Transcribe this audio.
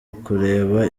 ukureba